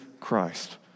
Christ